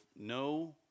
no